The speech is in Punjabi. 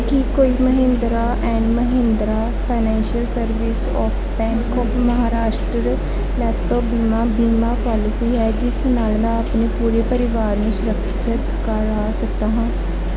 ਕੀ ਕੋਈ Mahindra and Mahindra financial service of bank of Maharashtra laptop ਬੀਮਾ ਬੀਮਾ ਪਾਲਿਸੀ ਹੈ ਜਿਸ ਨਾਲ ਮੈਂ ਆਪਣੇ ਪੂਰੇ ਪਰਿਵਾਰ ਨੂੰ ਸੁਰੱਖਿਅਤ ਕਰਾ ਸਕਦਾ ਹਾਂ